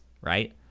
right